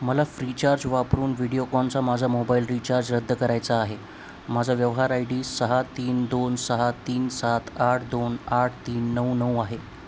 मला फ्रीचार्ज वापरून व्हिडिओकॉनचा माझा मोबाईल रिचार्ज रद्द करायचा आहे माझा व्यवहार आय डी सहा तीन दोन सहा तीन सात आठ दोन आठ तीन नऊ नऊ आहे